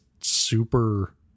super